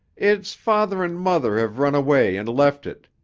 its father and mother have run away and left it,